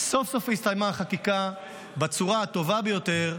סוף-סוף הסתיימה החקיקה בצורה הטובה ביותר,